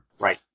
Right